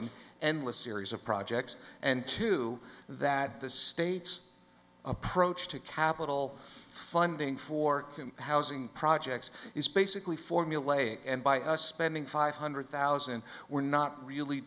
in endless series of projects and to that the states approach to capital funding for housing projects is basically formulaic and by spending five hundred thousand we're not really